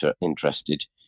interested